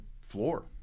floor